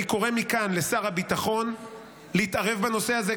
אני קורא מכאן לשר הביטחון להתערב בנושא הזה,